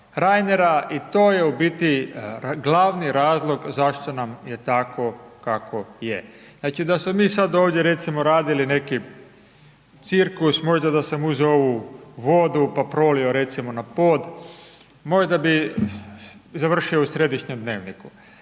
i to je u biti glavni razlog zašto nam je tako kako je. Znači da smo mi sad ovdje recimo radili neki cirkus, možda da sam uzeo ovu vodu pa prolio recimo na pod, možda bih završio u središnjem Dnevniku.